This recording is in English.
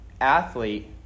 athlete